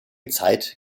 zeit